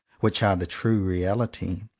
which are the true reality.